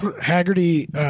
Haggerty